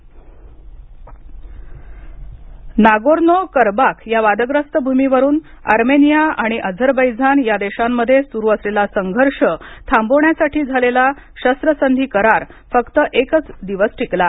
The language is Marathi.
अर्मेनिया वाद नागोर्नो करबाख या वादग्रस्त भूमीवरून अर्मेनिया आणि अझरबैजान या देशांमध्ये स्रू असलेला संघर्ष थांबवण्यासाठी झालेला शस्त्रसंधी करार फक्त एकच दिवस टिकला